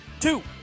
Two